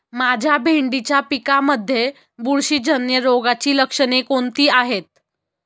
माझ्या भेंडीच्या पिकामध्ये बुरशीजन्य रोगाची लक्षणे कोणती आहेत?